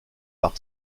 par